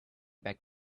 back